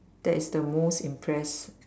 that is the most impress